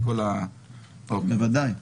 בוודאי.